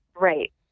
Right